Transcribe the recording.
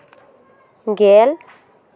ᱜᱮᱞ